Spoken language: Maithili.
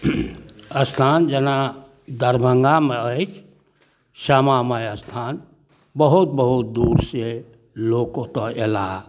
अस्थान जेना दरभङ्गामे अछि श्यामा माइ अस्थान बहुत बहुत दूरसँ लोक ओतऽ अएलाह